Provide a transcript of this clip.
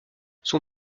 son